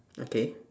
okay